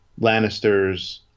Lannisters